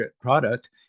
product